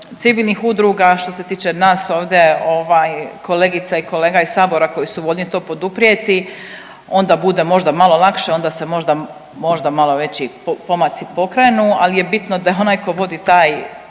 civilnih udruga, što se tiče nas ovdje ovaj kolegica i kolega iz sabora koji su voljni to poduprijeti onda bude možda malo lakše, onda se možda, možda malo veći pomaci pokrenu ali je bitno da onaj ko vodi taj